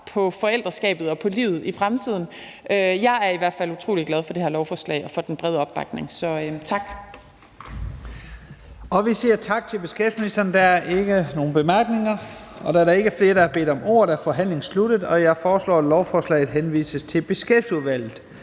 på forældreskabet og på livet i fremtiden. Jeg er i hvert fald utrolig glad for det her lovforslag og for den brede opbakning, så tak. Kl. 10:41 Første næstformand (Leif Lahn Jensen): Vi siger tak til beskæftigelsesministeren. Der er ikke nogen korte bemærkninger. Da der ikke er flere, der har bedt om ordet, er forhandlingen sluttet. Jeg foreslår, at lovforslaget henvises til Beskæftigelsesudvalget.